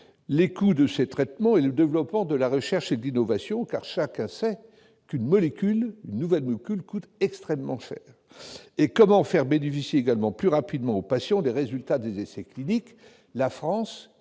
le coût de ces traitements et le développement de la recherche et de l'innovation ? Chacun sait en effet qu'une nouvelle molécule coûte extrêmement cher. Enfin, comment faire bénéficier plus rapidement les patients des résultats des essais cliniques,